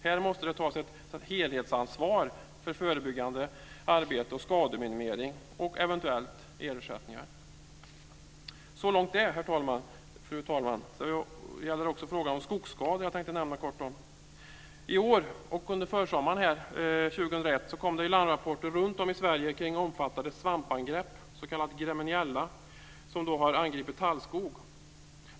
Här måste det tas ett helhetsansvar för förebyggande arbete och skademinimering och eventuellt ersättningar. Det var så långt, fru talman. Så gäller det frågan om skogsskador, som jag tänkte nämna lite kort om. Under försommaren 2001 kom det larmrapporter runtom i Sverige kring omfattande svampangrepp, s.k. Gremmeniella, som har angripit tallskog.